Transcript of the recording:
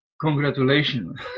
Congratulations